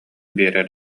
биэрэр